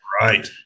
Right